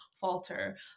falter